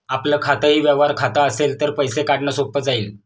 आपलं खातंही व्यवहार खातं असेल तर पैसे काढणं सोपं जाईल